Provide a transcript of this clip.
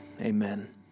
amen